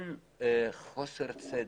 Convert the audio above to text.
היום ה-8.12.20.